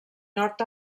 nord